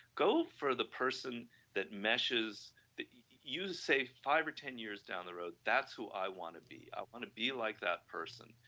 go for the person that meshes you say five or ten years down the road that's who i want it be, i want be like that person.